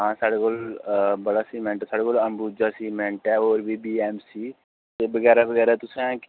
हां साढ़े कोल बड़ा सीमैंट ऐ साढ़े कोल अम्बुजा सीमैंट होर बी बीएमसी ते बगैरा बगैरा तुसें